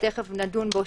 שתיכף נדון בו,